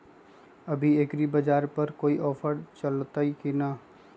अभी एग्रीबाजार पर कोई ऑफर चलतई हई की न?